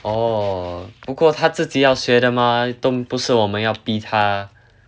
orh 不过他自己要学的 mah 都不是我们要逼他